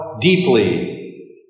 deeply